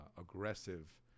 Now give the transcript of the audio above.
aggressive